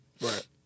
Right